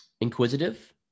inquisitive